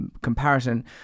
Comparison